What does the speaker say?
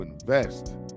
invest